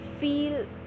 feel